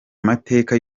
mateka